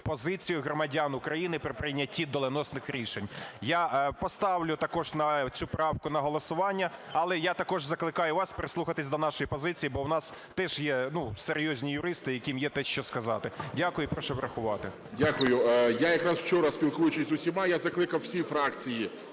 позицію громадян України при прийнятті доленосних рішень. Я поставлю також цю правку на голосування, але я також закликаю вас прислухатись до нашої позиції, бо у нас теж є серйозні юристи, яким теж є що сказати. Дякую. І прошу врахувати. ГОЛОВУЮЧИЙ. Дякую. Я якраз вчора, спілкуючись з усіма, я закликав всі фракції